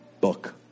book